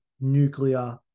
nuclear